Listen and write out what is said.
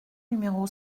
numéro